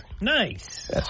Nice